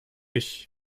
ich